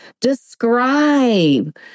Describe